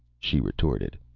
she retorted.